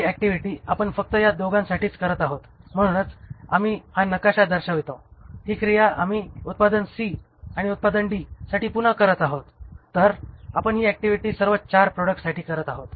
ही activity आपण फक्त या दोघांसाठी करत आहोत आणि म्हणूनच आम्ही हा नकाशा दर्शवितो ही क्रिया आम्ही उत्पादन C आणि उत्पादन D साठी पुन्हा करत आहोत तर आपण ही ऍक्टिव्हिटी सर्व चार प्रॉडक्टसाठी करत आहोत